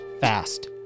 fast